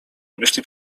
myśli